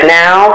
now